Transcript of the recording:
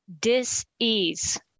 dis-ease